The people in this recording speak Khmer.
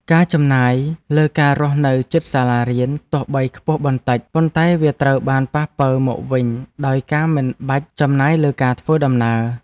ការចំណាយលើការរស់នៅជិតសាលារៀនទោះបីខ្ពស់បន្តិច ប៉ុន្តែវាត្រូវបានប៉ះប៉ូវមកវិញដោយការមិនបាច់ចំណាយលើការធ្វើដំណើរ។